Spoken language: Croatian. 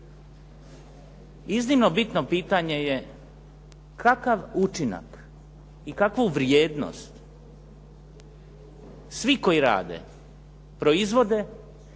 iznimno bitno pitanje je kakav učinak i kakvu vrijednost svi koji rade proizvode